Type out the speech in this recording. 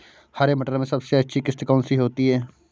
हरे मटर में सबसे अच्छी किश्त कौन सी होती है?